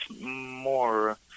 more